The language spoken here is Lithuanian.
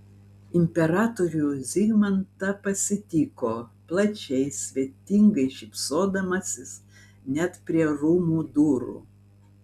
imperatorių zigmantą pasitiko plačiai svetingai šypsodamasis net prie rūmų durų